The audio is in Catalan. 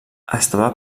estava